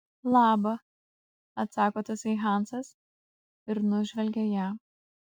laba atsako tasai hansas ir nužvelgia ją